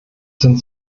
sind